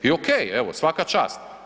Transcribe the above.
I okej, evo, svaka čast.